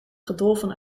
gedolven